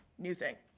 new thing.